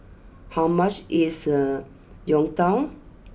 how much is Youtiao